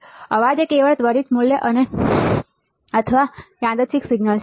અવાજ એ કેવળ ત્વરિત મૂલ્ય અનેઅથવા યાદચ્છિક સિગ્નલ છે